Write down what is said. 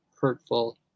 hurtful